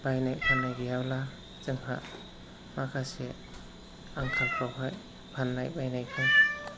बायनाय फाननाय गैयाब्ला जोंहा माखासे आंखालफ्राव फानलाय बायलायफ्रा